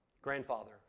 grandfather